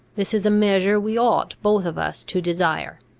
this is a measure we ought both of us to desire.